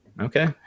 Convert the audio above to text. okay